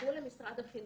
אמרו לה משרד החינוך,